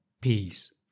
peace